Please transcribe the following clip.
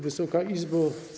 Wysoka Izbo!